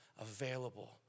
available